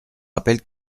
rappelle